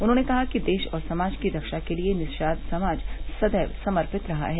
उन्होंने कहा कि देश और समाज की रक्षा के लिए निषाद समाज सदैव समर्पित रहा है